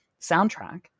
soundtrack